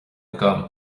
agam